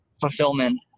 fulfillment